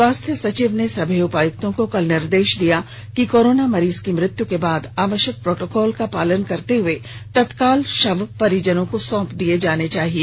स्वास्थ्य सचिव ने सभी उपायुक्तों को कल निर्देश दिया कि कोरोना मरीज की मृत्यू के बाद आवश्यक प्रोटोकॉल का पालन करते हुए तत्काल शव परिजनों को सौंप दिया जाना चाहिए